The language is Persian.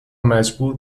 مجبور